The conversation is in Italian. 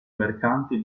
mercanti